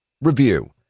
Review